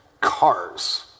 Cars